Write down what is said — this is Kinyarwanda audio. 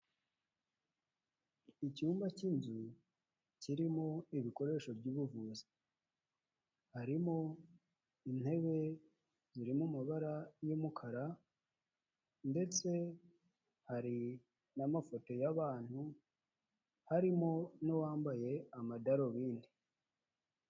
Icyumba k'inzu kirimo ibikoresho by'ubuvuzi, harimo intebe zirimo amabara y'umukara, ndetse hari n'amafoto y'abantu harimo n'uwambaye amadarubindi.